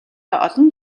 олон